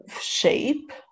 shape